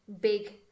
big